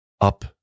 up